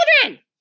Children